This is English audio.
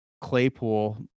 claypool